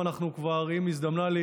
אם הזדמנה לי